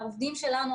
העובדים שלנו,